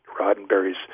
Roddenberry's